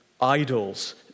idols